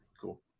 cool